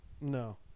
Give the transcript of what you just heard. No